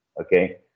okay